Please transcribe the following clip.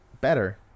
better